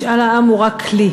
משאל העם הוא רק כלי,